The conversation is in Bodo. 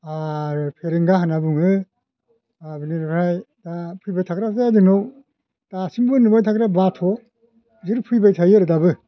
आरो फेरेंगा होनना बुङो आरो बिनिफ्राय दा फैबायथाग्राफ्रा जोंनाव दासिमबो नुबाय थाग्राया बाथ' बिसोर फैबाय थायो आरो दाबो